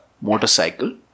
motorcycle